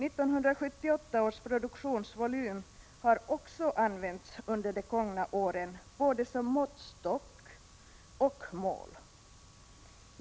1978 års produktionsvolym har också använts under de gångna åren, både som måttstock och som mål.